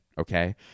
Okay